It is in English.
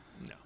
No